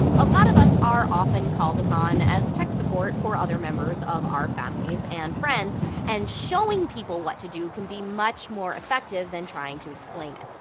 a lot of us are often called upon as tech support for other members of our families and friends and showing people what to do can be much more effective than trying to explain it.